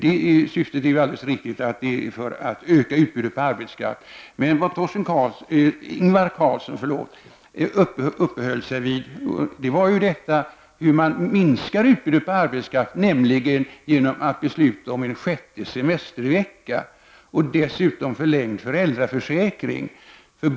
Det är riktigt att syftet är att öka utbudet av arbetskraft, men vad Ingvar Carlsson uppehöll sig vid var hur man minskar utbudet av arbetskraft, nämligen genom att besluta om en sjätte semestervecka och dessutom förlängd föräldraförsäkring.